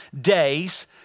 days